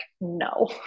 no